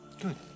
Good